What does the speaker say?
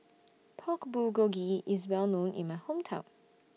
Pork Bulgogi IS Well known in My Hometown